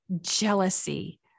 jealousy